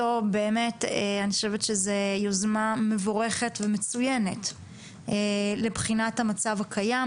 שזאת יוזמה מבורכת ומצוינת לבחינת המצב הקיים,